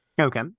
Okay